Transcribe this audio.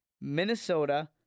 Minnesota